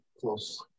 close